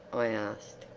i asked.